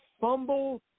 fumble